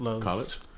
college